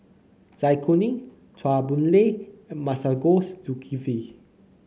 Zai Kuning Chua Boon Lay and Masagos Zulkifli